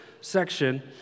section